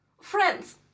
Friends